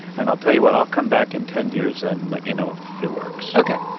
and i'll tell you what i'll come back in ten years and let you know if it works ok